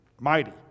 mighty